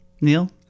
Neil